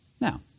Now